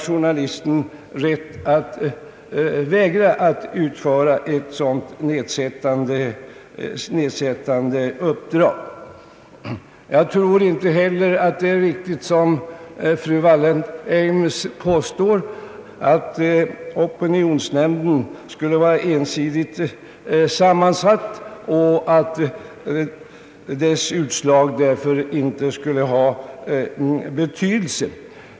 Jag tror inte heller att det är riktigt som fru Wallentheim påstår, att opinionsnämnden skulle vara ensidigt sammansatt och att dess utslag därför inte skulle ha betydelse.